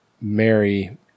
Mary